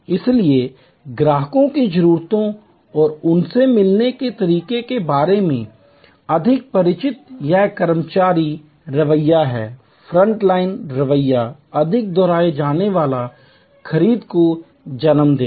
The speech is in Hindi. इसलिए ग्राहकों की जरूरतों और उनसे मिलने के तरीकों के बारे में अधिक परिचित यह कर्मचारी रवैया है फ्रंट लाइन रवैया अधिक दोहराए जाने वाले खरीद को जन्म देगा